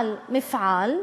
גם ברמת-הגולן.